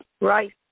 Right